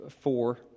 four